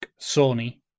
Sony